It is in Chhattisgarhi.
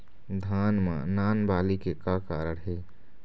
धान म नान बाली के का कारण हे?